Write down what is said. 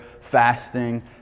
fasting